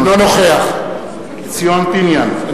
אינו נוכח ציון פיניאן,